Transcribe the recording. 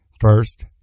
First